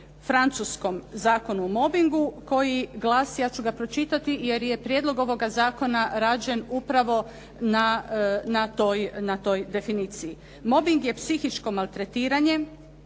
francuskom Zakonu o mobingu koji glasi, ja ću ga pročitati jer je prijedlog ovoga zakona rađen upravo na toj definiciji. Mobing je psihičko maltretiranje